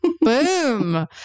Boom